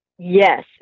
Yes